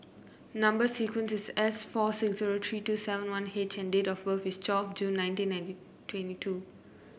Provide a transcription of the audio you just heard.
number sequence is S four six zero three two seven one H and date of birth is twelve June nineteen nineteen twenty two